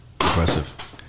impressive